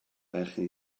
berchen